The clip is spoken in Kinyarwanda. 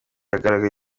hakagira